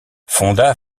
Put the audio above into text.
fonda